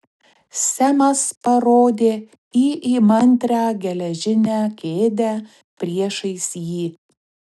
semas parodė į įmantrią geležinę kėdę priešais jį